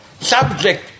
Subject